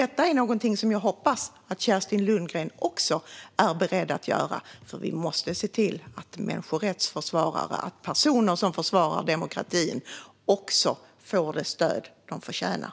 Detta är något jag hoppas att Kerstin Lundgren också är beredd att göra, för vi måste se till att människorättsförsvarare och personer som försvarar demokratin får det stöd de förtjänar.